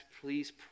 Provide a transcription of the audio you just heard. please